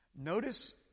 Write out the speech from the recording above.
Notice